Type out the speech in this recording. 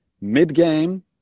mid-game